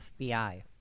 FBI